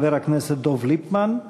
חבר הכנסת דב ליפמן.